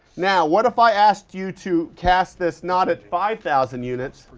now what if i asked you to cast this, not at five thousand units,